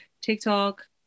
tiktok